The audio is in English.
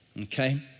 Okay